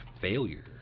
failure